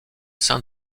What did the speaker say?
sein